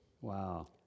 Wow